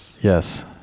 Yes